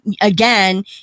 again